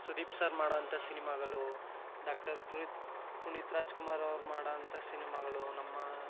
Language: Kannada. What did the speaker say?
ಸುದೀಪ್ ಸರ್ ಮಾಡೋಂಥ ಸಿನಿಮಾಗಳು ಡಾಕ್ಟರ್ ಪುನೀತ್ ಪುನೀತ್ ರಾಜ್ಕುಮಾರವ್ರು ಮಾಡೋಂಥ ಸಿನಿಮಾಗಳು ನಮ್ಮ